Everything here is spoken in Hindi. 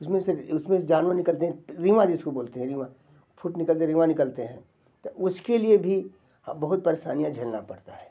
उसमें से उसमें से जानवर निकलते हैं रीवां जिसको बोलते हैं रीवां फुट निकलते रीवां निकलते हैं तो उसके लिए भी बहुत परेशानियाँ झेलना पड़ता है